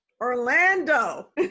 orlando